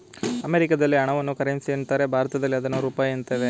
ಅಮೆರಿಕದಲ್ಲಿ ಹಣವನ್ನು ಕರೆನ್ಸಿ ಎನ್ನುತ್ತಾರೆ ಭಾರತದಲ್ಲಿ ಅದನ್ನು ರೂಪಾಯಿ ಎನ್ನುತ್ತೇವೆ